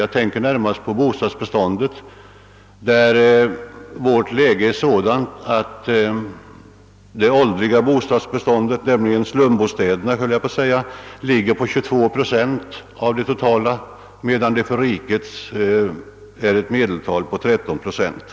Jag tänker närmast på bostadsbeståndet, där vårt läge är ait det åldriga bostadsbeståndet — jag höll på att säga slumbostäderna — utgör 22 procent, under det att medeltalet för riket är 13 procent.